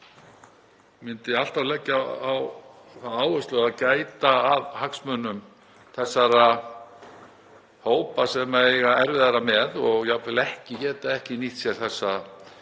myndi alltaf leggja á það áherslu að gæta að hagsmunum þessara hópa sem eiga erfiðara með og geta jafnvel ekki nýtt sér þessar